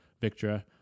Victra